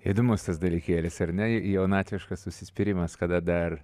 įdomus tas dalykėlis ar ne jaunatviškas užsispyrimas kada dar